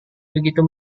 begitu